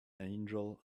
angel